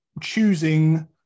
choosing